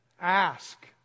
Ask